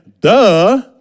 duh